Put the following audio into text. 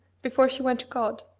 before she went to god,